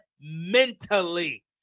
mentally